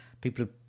people